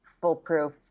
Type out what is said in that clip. foolproof